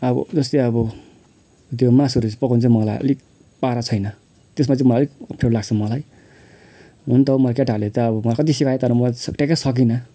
अब जस्तै अब त्यो मासुहरू चाहिँ पकाउन चाहिँ मलाई अलिक पारा छैन त्यसमा चाहिँ मलाई अलिक अप्ठ्यारो लाग्छ मलाई हुनु त म केटाहरूले त अब मलाई कति सिकाए तर म ट्याक्कै सकिनँ